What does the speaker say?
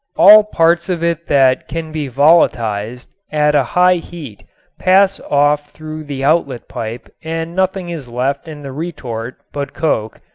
all parts of it that can be volatized at a high heat pass off through the outlet pipe and nothing is left in the retort but coke,